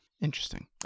interesting